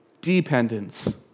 dependence